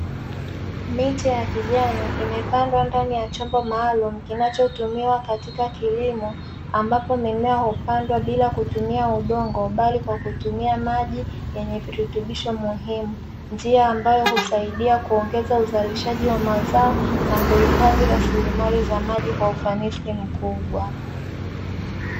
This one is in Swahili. Miti yakijani imepandwa ndani ya chombo maalumu cha kilimo kinachotumia maji na virutubisho jambo ambalo linasaidia ukuaji wa mazao na ufanisi mkubwa